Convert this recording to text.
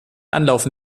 anlauf